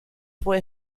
fue